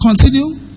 Continue